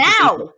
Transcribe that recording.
now